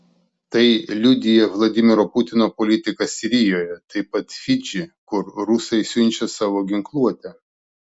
tai liudija vladimiro putino politika sirijoje taip pat fidži kur rusai siunčia savo ginkluotę